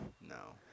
No